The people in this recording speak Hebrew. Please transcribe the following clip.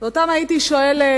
ואותם הייתי שואלת: